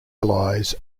allies